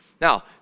Now